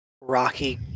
rocky